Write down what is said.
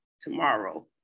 tomorrow